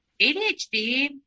ADHD